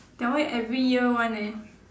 that one every year [one] eh